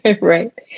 Right